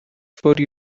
for